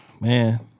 Man